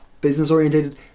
business-oriented